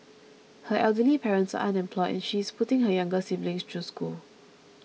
her elderly parents are unemployed and she is putting her younger siblings through school